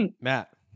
Matt